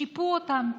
שיפו אותם.